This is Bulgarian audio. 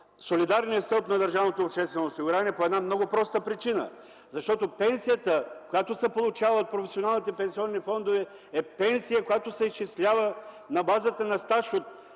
солидарния стълб на държавното обществено осигуряване, по една много проста причина. Пенсията, която се получава от професионалните пенсионни фондове, се изчислява на базата на стаж от